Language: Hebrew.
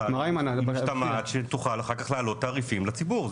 משתמע שתוכל אחר כך להעלות תעריפים לציבור,